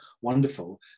wonderful